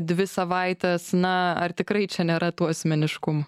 dvi savaites na ar tikrai čia nėra tų asmeniškumų